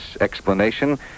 explanation